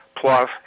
plus